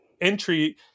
entry